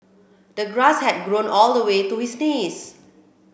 the grass had grown all the way to his knees